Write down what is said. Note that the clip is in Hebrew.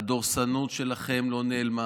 הדורסנות שלכם לא נעלמה,